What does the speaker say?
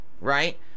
right